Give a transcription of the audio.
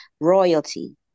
royalty